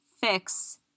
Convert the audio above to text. fix